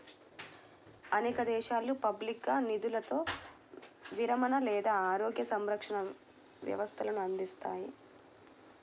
అనేక దేశాలు పబ్లిక్గా నిధులతో విరమణ లేదా ఆరోగ్య సంరక్షణ వ్యవస్థలను అందిస్తాయి